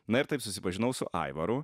na ir taip susipažinau su aivaru